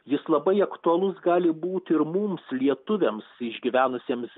jis labai aktualus gali būti ir mums lietuviams išgyvenusiems